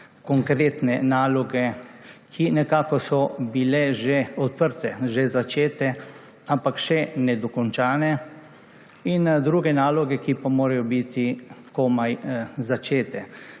konkretne naloge, ki nekako so bile že odprte, že začete, ampak še nedokončane; in druge naloge, ki pa morajo biti komaj začete,